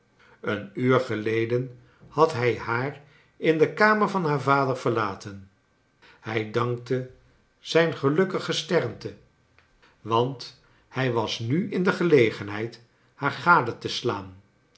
een uur geleden had hij haar in de kamer van haar vader verlaten hij dankte zijn gelukkig gesternte want hij was nu in de gelegenheid haar gade te slaan